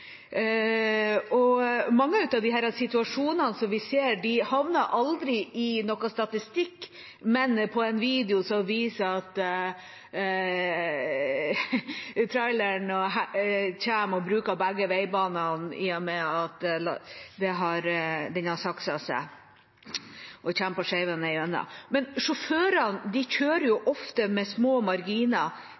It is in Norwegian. Mange av disse situasjonene som vi ser, havner aldri i noen statistikk, men på en video som viser at en trailer kommer og bruker begge veibanene i og med at den har sakset seg og kommer på skeiva nedigjennom. Sjåførene kjører ofte med små marginer.